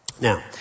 Now